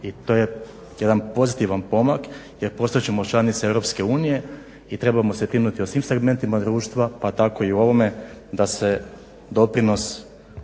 i to je jedan pozitivan pomak jer postat ćemo članica EU i trebamo se brinuti o svim segmentima društva pa tako i ovime da se doprinos